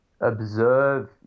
observe